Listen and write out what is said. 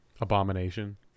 abomination